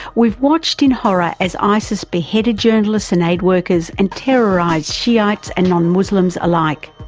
we've watched in horror as isis beheaded journalists and aid workers and terrorised shiites and non-muslims alike.